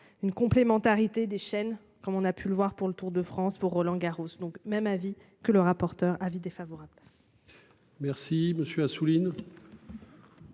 une complémentarité des chaînes comme on a pu le voir pour le Tour de France pour Roland Garros donc même avis que le rapporteur avis défavorable. Merci monsieur Assouline.